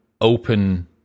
open